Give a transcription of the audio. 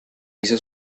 hizo